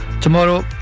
tomorrow